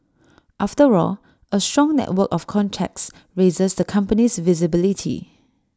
after all A strong network of contacts raises the company's visibility